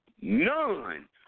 None